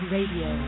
Radio